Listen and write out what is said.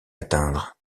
atteindre